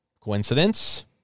Coincidence